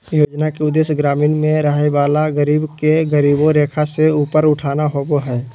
योजना के उदेश्य ग्रामीण में रहय वला गरीब के गरीबी रेखा से ऊपर उठाना होबो हइ